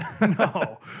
No